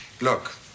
look